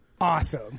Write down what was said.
awesome